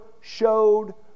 showed